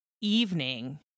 evening